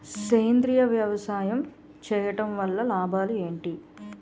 సేంద్రీయ వ్యవసాయం చేయటం వల్ల లాభాలు ఏంటి?